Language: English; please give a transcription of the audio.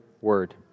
word